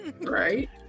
Right